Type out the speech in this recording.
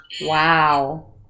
Wow